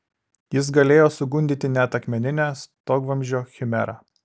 jis galėjo sugundyti net akmeninę stogvamzdžio chimerą